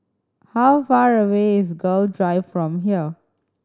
how far away is Gul Drive from here